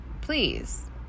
please